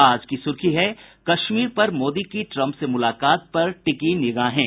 आज की सुर्खी है कश्मीर पर मोदी की ट्रंप से मुलाकात पर टिकीं निगाहें